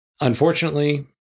Unfortunately